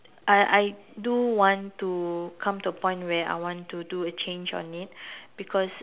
I I do want to come to a point where I want to do a change on it because